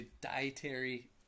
dietary